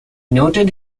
noted